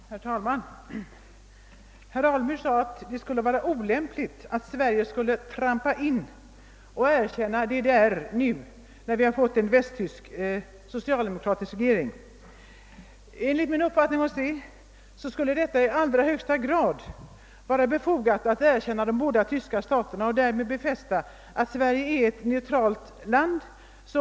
Herr talman! Herr Alemyr sade att det skulle vara olämpligt att Sverige skulle »trampa in» och erkänna DDR nu, när Västtyskland fått en socialdemokratisk regering. Enligt min uppfattning skulle det i allra högsta grad vara befogat att erkänna båda de tyska staterna och därmed bekräfta att Sverige är ett neutralt land.